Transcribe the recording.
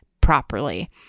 properly